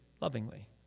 lovingly